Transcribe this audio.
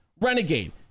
Renegade